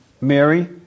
Mary